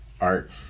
art